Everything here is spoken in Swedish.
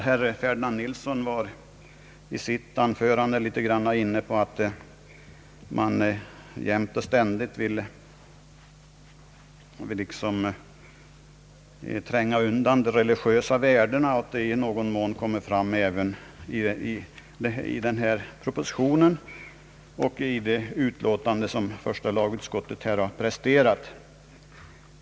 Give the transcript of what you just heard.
Herr Ferdinand Nilsson gick i sitt anförande också in på att man jämt och ständigt vill liksom tränga undan de religiösa värdena och att detta i någon mån kommer fram också i propositionen och i det utlåtande som första lagutskottet här presenterat.